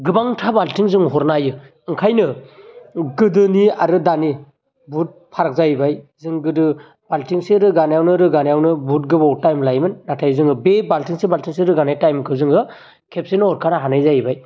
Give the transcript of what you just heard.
गोबांथा बालथिं जों हरनो हायो ओंखायनो गोदोनि आरो दानि बहुद फाराग जाहैबाय जों गोदो बालथिंसे रोगानायावनो रोगानायावनो बहुद गोबाव टाइम लायोमोन नाथाइ जोङो बे बालथिंसे बालथिंसे रोगानाय टाइमखो जोङो खेबसेनो हरखानो हानाय जाहैबाय